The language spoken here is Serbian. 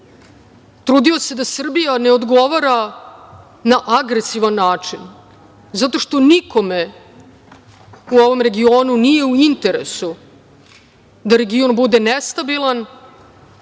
trudio se da Srbija ne odgovara na agresivan način zato što nikome u ovom regionu nije u interesu da region bude nestabilan